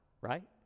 right